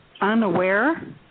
unaware